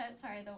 sorry